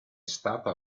stata